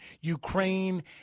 Ukraine